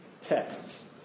texts